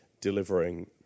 delivering